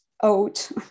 oat